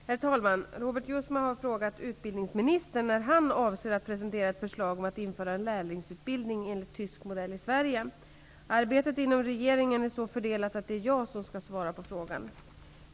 Herr talman! Robert Jousma har frågat utbildningsministern när han avser att presentera ett förslag om att införa en lärlingsutbildning enligt tysk modell i Sverige. Arbetet inom regeringen är så fördelat att det är jag som skall svara på frågan.